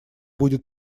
будет